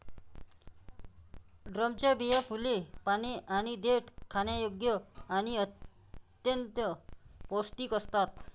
ड्रमच्या बिया, फुले, पाने आणि देठ खाण्यायोग्य आणि अत्यंत पौष्टिक असतात